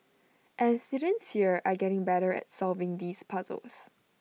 and students here are getting better at solving these puzzles